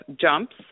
jumps